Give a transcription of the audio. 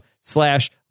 slash